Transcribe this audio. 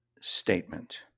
statement